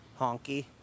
honky